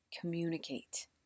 communicate